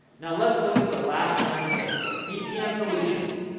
now let's look at the last landing page, vpn solutions.